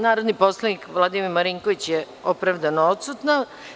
Narodni poslanik Vladimir Marinković je opravdano odsutan.